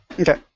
Okay